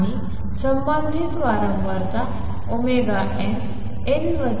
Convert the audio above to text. आणि संबंधित वारंवारता nn m